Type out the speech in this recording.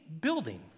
building